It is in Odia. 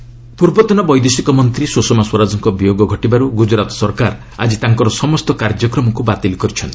ଗୁଜରାତ ସ୍ୱରାଜ ପୂର୍ବତନ ବୈଦେଶିକ ମନ୍ତ୍ରୀ ସୁଷମା ସ୍ୱରାଜଙ୍କ ବିୟୋଗ ଘଟିବାରୁ ଗୁଜରାତ ସରକାର ଆଜି ତାଙ୍କର ସମସ୍ତ କାର୍ଯ୍ୟକ୍ରମକୁ ବାତିଲ କରିଛନ୍ତି